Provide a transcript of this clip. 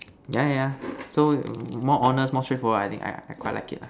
yeah yeah yeah so more honest more straightforward I think I quite like it lah